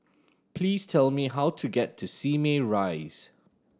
please tell me how to get to Simei Rise